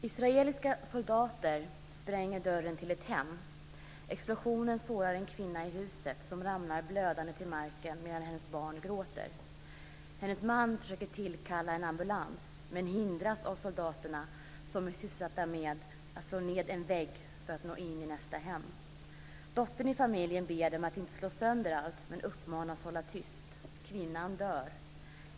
Fru talman! Israeliska soldater spränger dörren till ett hem. Explosionen sårar en kvinna i huset som ramlar blödande till marken medan hennes barn gråter. Hennes man försöker tillkalla en ambulans, men hindras av soldaterna som är sysselsatta med att slå ned en vägg för att nå in i nästa hem. Dottern i familjen ber dem att inte slå sönder allt, men uppmanas att hålla tyst. Kvinnan dör.